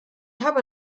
habe